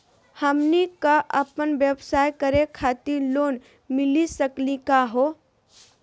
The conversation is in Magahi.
हमनी क अपन व्यवसाय करै खातिर लोन मिली सकली का हो?